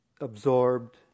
absorbed